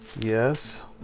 Yes